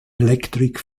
electric